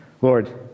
Lord